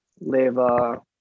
Leva